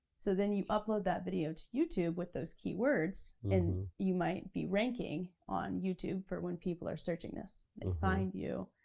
so then you upload that video to youtube with those key words, and you might be ranking on youtube for when people are searching this. they and find you,